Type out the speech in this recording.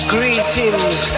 Greetings